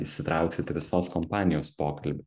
įsitrauksit į visos kompanijos pokalbį